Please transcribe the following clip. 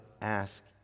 ask